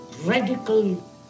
radical